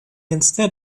instead